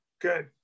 good